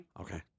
okay